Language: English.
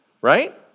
right